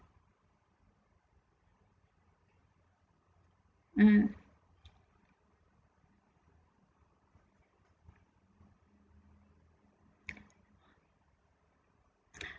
mm